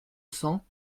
cents